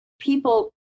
people